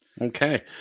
Okay